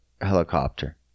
helicopter